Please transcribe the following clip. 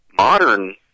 modern